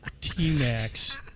T-Max